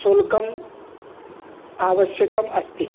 शुल्कम् आवश्यकम् अस्ति